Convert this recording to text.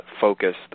focused